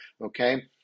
okay